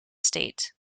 state